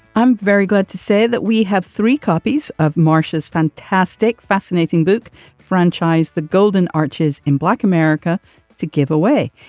i'm very glad to say that we have three copies of marcia's fantastic, fascinating book franchise, the golden arches in black america to give away.